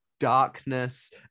darkness